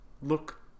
look